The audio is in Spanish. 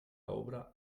obra